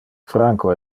franco